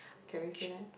can we say that